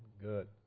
Good